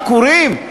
עקורים.